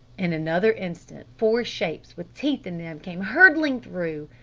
in another instant four shapes with teeth in them came hurtling through!